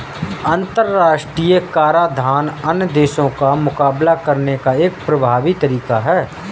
अंतर्राष्ट्रीय कराधान अन्य देशों का मुकाबला करने का एक प्रभावी तरीका है